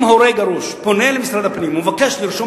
אם הורה גרוש פונה למשרד הפנים ומבקש לרשום